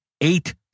eight